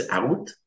out